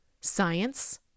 science